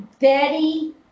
Betty